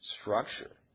structure